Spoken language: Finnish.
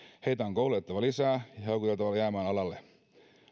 heitä on koulutettava lisää ja houkuteltava jäämään alalle